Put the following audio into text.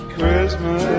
Christmas